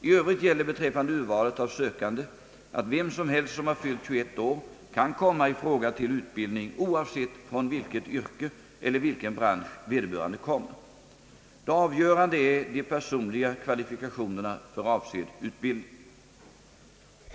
I övrigt gäller beträffande urvalet av sökande att vem som helst som har fyllt 21 år kan komma i fråga till utbildning oavsett från vilket yrke eller vilken bransch vederbörande kommer. Det avgörande är de personliga kvalifikationerna för avsedd utbildning.